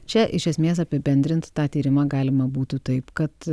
čia iš esmės apibendrint tą tyrimą galima būtų taip kad